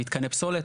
מתקני פסולת.